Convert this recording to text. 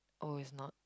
oh is not